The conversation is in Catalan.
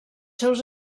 seus